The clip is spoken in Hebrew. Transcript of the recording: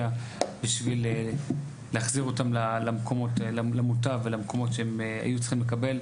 בשביל להחזיר אותם למוטב ולמקומות שהם היו צריכים לקבל.